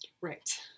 Right